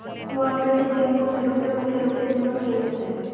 को आपरेटिव बैंकों मे रुपया मुख्य रूप से जमा किया जाता है